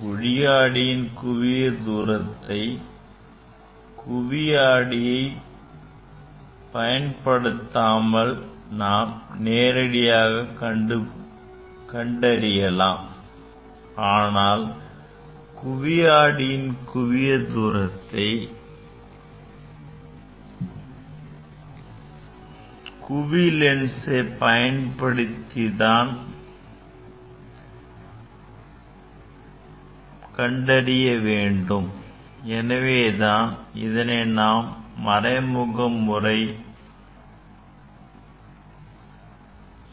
குழி ஆடியின் குவிய தூரத்தை குவி லென்ஸை பயன் படுத்தாமல் நாம் நேரடியாக கண்டறியலாம் ஆனால் குவி ஆடியின் குவியத் தூரத்தை குவி லென்ஸ் பயன்படுத்தாமல் கண்டறிய முடியாது எனவே தான் இதனை நாம் மறைமுக முறையின்